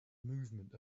movement